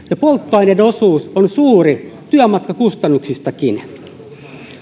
polttoaineiden osuus on suuri työmatkakustannuksistakin